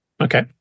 Okay